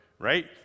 right